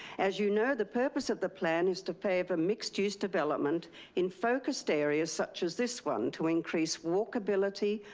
as you know, the purpose of the plan is to favor mixed-use development in focused areas such as this one to increase walkability,